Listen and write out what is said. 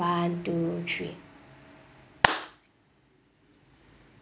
one two three